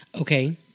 okay